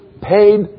paid